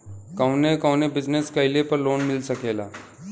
कवने कवने बिजनेस कइले पर लोन मिल सकेला?